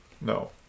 No